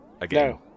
again